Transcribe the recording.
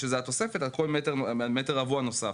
שזאת התוספת על כל מטר רבוע נוסף.